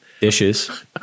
Dishes